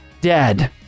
dead